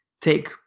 take